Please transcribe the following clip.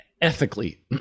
ethically